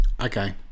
Okay